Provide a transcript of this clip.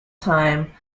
time